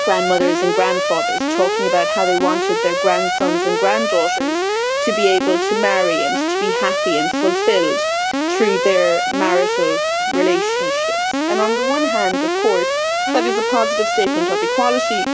grandmothers and grandfathers talking about how they wanted their grandsons and granddaughters to be able to marry and to be happy and fulfilled through their marital relationships. and on the one hand of course that is a positive statement of equality,